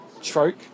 Stroke